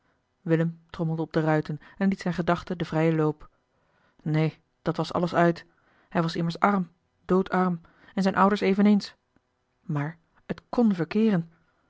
willem trommelde op de ruiten en liet zijne gedachten den vrijen loop neen dat alles was uit hij was immers arm doodarm en zijne ouders eveneens maar het kon verkeeren